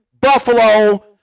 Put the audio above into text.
Buffalo